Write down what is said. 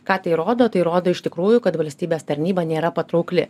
ką tai rodo tai rodo iš tikrųjų kad valstybės tarnyba nėra patraukli